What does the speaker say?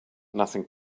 nothing